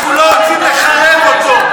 אנחנו לא רוצים לחרב אותו.